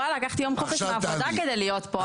וואלה לקחתי יום חופש מהעבודה כדי להיות פה.